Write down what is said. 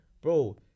bro